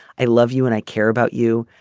i love you and i care about you.